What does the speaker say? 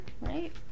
right